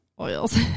oils